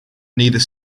neither